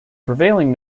prevailing